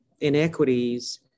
inequities